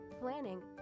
planning